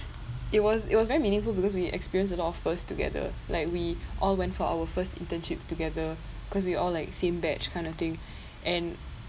it was it was very meaningful because we experienced a lot of firsts together like we all went for our first internships together cause we all like same batch kind of thing and